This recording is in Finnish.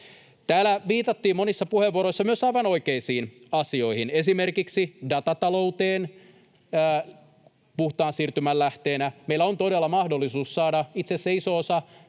Täällä viitattiin monissa puheenvuoroissa myös aivan oikeisiin asioihin, esimerkiksi datatalouteen puhtaan siirtymän lähteenä. Meillä on todella mahdollisuus saada itse asiassa iso osa